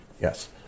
yes